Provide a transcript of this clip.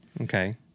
Okay